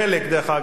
דרך אגב,